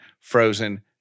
frozen